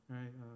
right